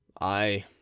I